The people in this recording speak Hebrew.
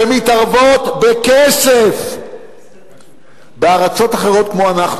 שמתערבות בכסף בארצות אחרות כמו אנחנו,